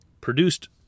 produced